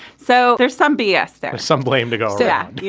so there's some b s, there's some blame to go to. yeah yeah